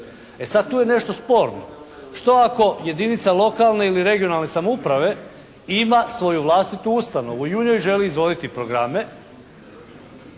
E sad tu je nešto sporno. Što ako jedinica lokalne ili regionalne samouprave ima svoju vlastitu ustanovu i u njoj želi izvoditi programe.